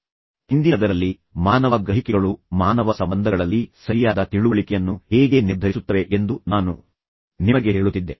ಹಿಂದಿನದರಲ್ಲಿ ನಾನು ನಿಮಗೆ ಮಾನವನ ಗ್ರಹಿಕೆಗಳ ಬಗ್ಗೆ ಹೈಲೈಟ್ ಮಾಡಿದ್ದೇನೆ ಮತ್ತು ಮಾನವ ಗ್ರಹಿಕೆಗಳು ಮಾನವ ಸಂಬಂಧಗಳಲ್ಲಿ ಸರಿಯಾದ ತಿಳುವಳಿಕೆಯನ್ನು ಹೇಗೆ ನಿರ್ಧರಿಸುತ್ತವೆ ಎಂದು ನಾನು ನಿಮಗೆ ಹೇಳುತ್ತಿದ್ದೆ